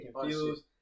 confused